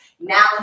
Now